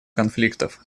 конфликтов